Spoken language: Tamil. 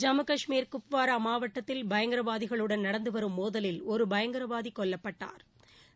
ஜம்மு காஷ்மீர் குப்வாரா மாவட்டத்தில் பயங்கரவாதிகளுடன் நடந்துவரும் மோதலில் ஒரு பயங்கரவாதி கொல்லப்பட்டாா்